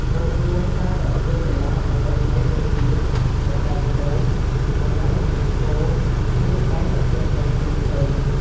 បូករួមការប្រកួតកីឡាប្រពៃណីដូចជា បណ្ដែតគោម ប្រណាំងរទេះគោ ឬល្បែងប្រជាប្រិយផ្សេងៗ។